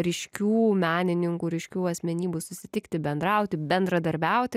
ryškių menininkų ryškių asmenybių susitikti bendrauti bendradarbiauti